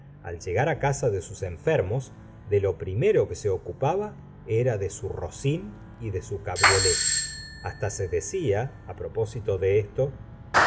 al llegar á casa de sus enfermos de lo primero q ue se ocupaba era de su rocín y de su cabriolé hasta se de cía á propósito de esto